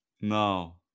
no